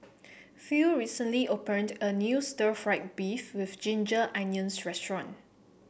Phil recently opened a new Stir Fried Beef with Ginger Onions restaurant